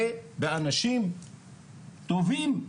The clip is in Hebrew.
ובאנשים טובים,